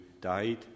died